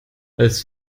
als